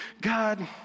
God